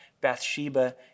Bathsheba